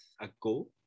ago